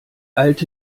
alte